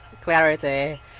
clarity